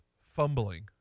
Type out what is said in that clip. fumbling